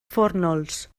fórnols